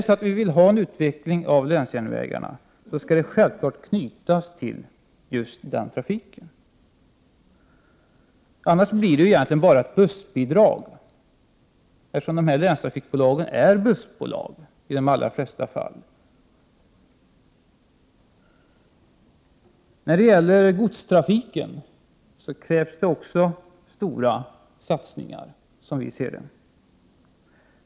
Vill vi ha en utveckling av länsjärnvägarna, skall anslagen självfallet knytas till just den trafiken. Annars blir detta egentligen bara ett bussbidrag, eftersom länstrafikbolagen i de allra flesta fall är bussbolag. När det gäller godstrafiken krävs också stora satsningar, som vi ser det.